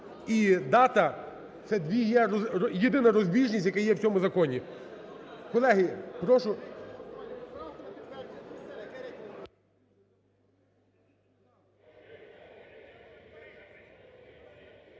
І дата – це єдина розбіжність, яка є в цьому законі.